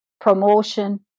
promotion